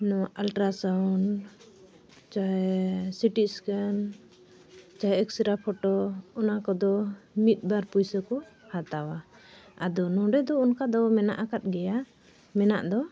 ᱱᱚᱣᱟ ultrasound ᱪᱟᱦᱮ CT scan ᱪᱟᱦᱮ ᱮᱠᱥᱨᱮ ᱯᱷᱚᱴᱳ ᱚᱱᱟ ᱠᱚᱫᱚ ᱢᱤᱫ ᱵᱟᱨ ᱯᱚᱭᱥᱟ ᱠᱚ ᱦᱟᱛᱟᱣᱟ ᱟᱫᱚ ᱱᱚᱰᱮ ᱫᱚ ᱚᱱᱠᱟ ᱫᱚ ᱢᱮᱱᱟᱜ ᱟᱠᱟᱫ ᱜᱮᱭᱟ ᱢᱮᱱᱟᱜ ᱫᱚ